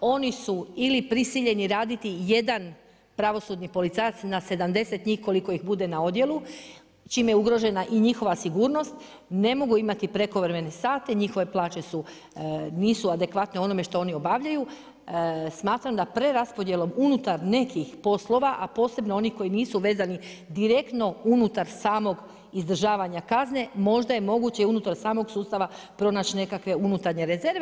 Oni su ili prisiljeni raditi jedan pravosudni policajac na 70 njih koliko ih bude na odjelu čime je ugrožena i njihova sigurnost ne mogu imati prekovremene sate, njihove plaće nisu adekvatne onome što oni obavljaju, smatram da preraspodjelom unutar nekih poslova, a posebno onih koji nisu vezani direktno unutar samog izdržavanja kazne možda je moguće i unutar samog sustava pronaći nekakve unutarnje rezerve.